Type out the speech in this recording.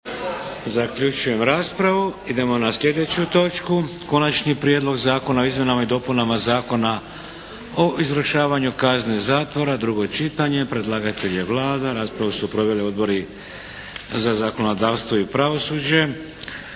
Vladimir (HDZ)** Idemo na –- Konačni prijedlog Zakona o izmjenama i dopunama Zakona o izvršavanju kazne zatvora, drugo čitanje P.Z. r. 645 Predlagatelj je Vlada. Raspravu su proveli Odbori za zakonodavstvo i pravosuđe.